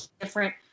different